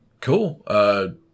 cool